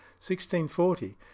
1640